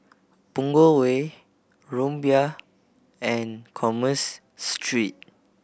Punggol Way Rumbia and Commerce Street